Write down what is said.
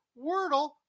wordle